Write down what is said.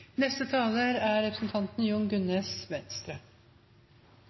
Neste taler er